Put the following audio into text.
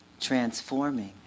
transforming